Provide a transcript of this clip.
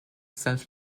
self